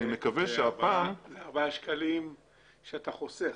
אלה ארבעה שקלים שאתה חוסך.